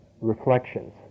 reflections